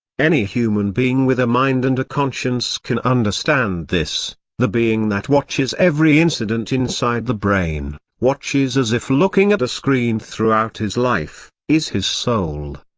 any human being with a mind and a conscience can understand this the being that watches every incident inside the brain watches as if looking at a screen throughout his life is his soul.